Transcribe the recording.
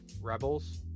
Rebels